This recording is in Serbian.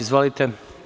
Izvolite.